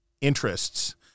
interests